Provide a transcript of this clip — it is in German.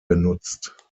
genutzt